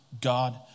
God